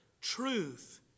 truth